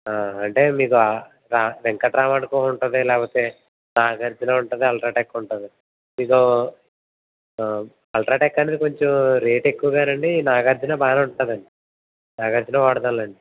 అంతే మీకు వెంకట్రాంకో ఉంటుంది లేకపోతే నాగార్జున ఉంటుంది అల్ట్రాటెక్ ఉంటుంది మీకు అల్ట్రాటెక్ అనేది కొంచెం రేటు ఎక్కువ కదండీ నాగార్జున బానే ఉంటుంది అండి నాగార్జున వాడదాంలెండి